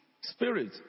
spirit